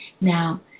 Now